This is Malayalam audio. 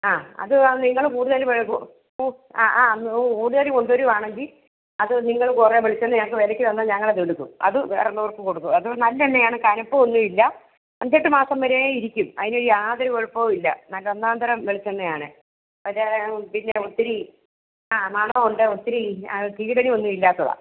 ആ അത് ആ നിങ്ങൾ കൂടുതൽ കൂടുതൽ കൊണ്ട് വരികയാണെങ്കിൽ അത് നിങ്ങൾ കുറെ വെളിച്ചെണ്ണയാക്കി വിലയ്ക്ക് തന്നാൽ ഞങ്ങൾ അതെടുക്കും അത് വേറെ ഉള്ളവർക്ക് കൊടുക്കും അത് നല്ല എണ്ണയാണ് കനപ്പമൊന്നുവില്ല അഞ്ച് എട്ട് മാസം വരേയും ഇരിക്കും അതിനൊരു യാതൊരു കുഴപ്പവുമില്ല നല്ല ഒന്നാന്തരം വെളിച്ചെണ്ണയാണ് ഒരു പിന്നെ ഒത്തിരി ആ മണവുമുണ്ട് ഒത്തിരി അത് കീടലുമൊന്നും ഇല്ലാത്തതാണ്